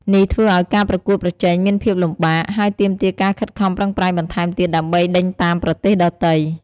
នេះធ្វើឲ្យការប្រកួតប្រជែងមានភាពលំបាក ហើយទាមទារការខិតខំប្រឹងប្រែងបន្ថែមទៀតដើម្បីដេញតាមប្រទេសដទៃ។